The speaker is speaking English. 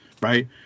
right